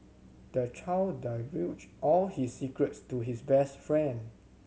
the child divulged all his secrets to his best friend